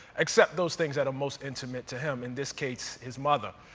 except those things that are most intimate to him in this case, his mother.